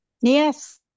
Yes